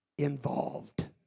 involved